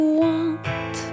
want